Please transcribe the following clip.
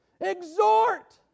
Exhort